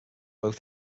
both